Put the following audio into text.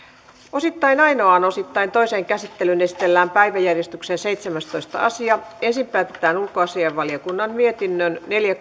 osittain ainoaan osittain toiseen käsittelyyn esitellään päiväjärjestyksen seitsemästoista asia ensin päätetään ulkoasiainvaliokunnan mietinnön neljä